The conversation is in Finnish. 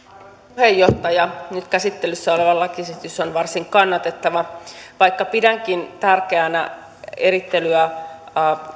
puheenjohtaja nyt käsittelyssä oleva lakiesitys on varsin kannatettava vaikka pidänkin tärkeänä erittelyä